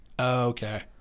Okay